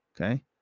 okay